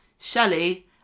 Shelley